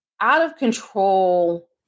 out-of-control